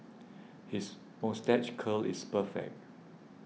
his moustache curl is perfect